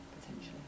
potentially